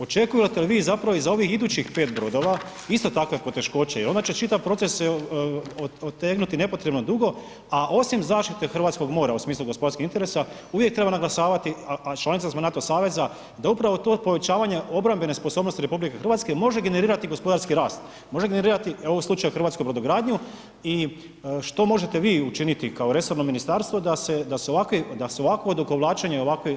Očekujete li vi zapravo i za ovih idući 5 brodova isto takve poteškoće i onda će čitav proces se otegnuti nepotrebno dugo a osim zaštite hrvatskog mora u smislu gospodarskih interesa, uvijek treba naglašavati a članica smo NATO saveza, da upravo to povećavanje obrambene sposobnosti RH može generirati gospodarski rast, može generirati u ovom slučaju hrvatsku brodogradnju i što možete vi učiniti kao resorno ministarstvo da se ovakvo odugovlačenje i ovi problemi